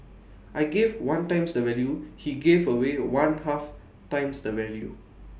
I gave one times the value he gave away one half times the value